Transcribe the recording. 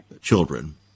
children